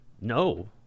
No